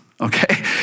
Okay